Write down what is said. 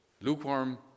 lukewarm